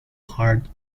hard